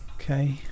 Okay